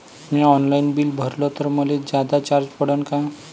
म्या online bill भरलं तर मले जादा चार्ज पडन का?